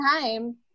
time